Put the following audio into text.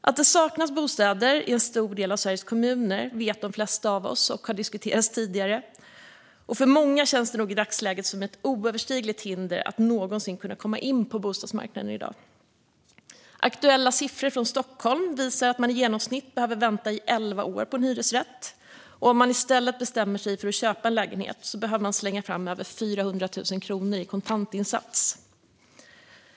Att det saknas bostäder i en stor del av Sveriges kommuner vet de flesta av oss, och det har diskuterats tidigare. För många känns det nog i dagsläget som oöverstigligt att någonsin komma in på bostadsmarknaden. Aktuella siffror från Stockholm visar att man i genomsnitt behöver vänta i elva år på en hyresrätt, och om man i stället bestämmer sig för att köpa en lägenhet behöver man slänga fram över 400 000 kronor i kontantinsats.